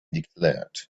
declared